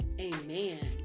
Amen